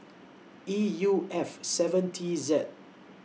E U F seven T Z